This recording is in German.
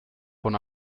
von